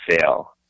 fail